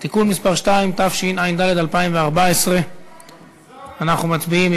(תיקון מס' 2), התשע"ד 2014. אנחנו מצביעים.